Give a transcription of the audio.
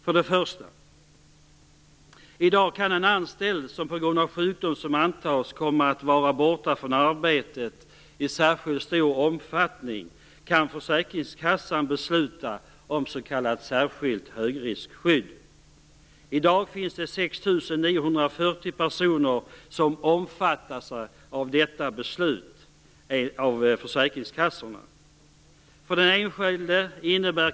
För det första: För en anställd som på grund av sjukdom antas komma att vara borta från arbetet i särskilt stor omfattning kan försäkringskassan i dag besluta om s.k. särskilt högriskskydd. I dag finns det 6 940 personer som omfattas av detta enligt beslut av försäkringskassorna.